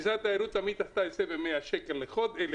משרד התיירות תמיד עשה את זה ב-100 שקל להשתלמות.